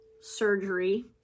surgery